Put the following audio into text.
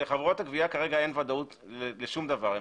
כרגע אין ודאות לשום דבר,